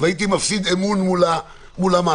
והייתי מפסיד אמון מול המערכת,